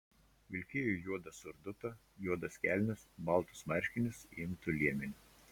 vilkėjo juodą surdutą juodas kelnes baltus marškinius įimtu liemeniu